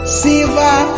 silver